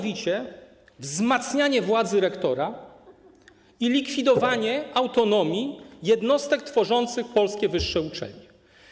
Wzmacnianie władzy rektora i likwidowanie autonomii jednostek tworzących polskie wyższe uczelnie.